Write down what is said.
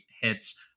hits